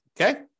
Okay